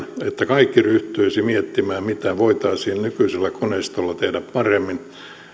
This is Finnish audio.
että kaikki ryhtyisivät miettimään mitä voitaisiin nykyisellä koneistolla tehdä paremmin